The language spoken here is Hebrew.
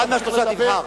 אחד מהשלושה תבחר.